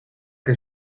que